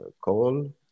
call